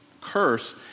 curse